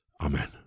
Amen